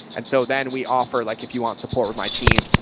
and so then we offer, like, if you want support with my team,